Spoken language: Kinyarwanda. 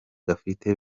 gafite